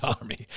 Army